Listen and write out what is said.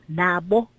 nabo